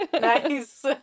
nice